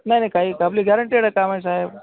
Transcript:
नाही नाही काही आपली गॅरंटीड काम आहेत साहेब